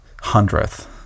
hundredth